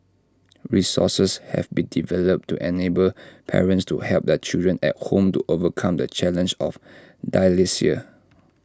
resources have been developed to enable parents to help their children at home to overcome the challenge of dyslexia